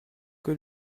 que